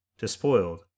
Despoiled